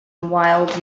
wild